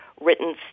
written